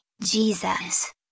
Jesus